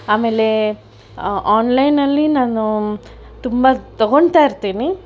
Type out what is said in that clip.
ಆಮೇಲೆ ಆನ್ಲೈನ್ನಲ್ಲಿ ನಾನು ತುಂಬ ತೊಗೊಂಡ್ತಾಯಿರ್ತೀನಿ